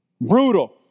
Brutal